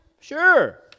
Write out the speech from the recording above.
Sure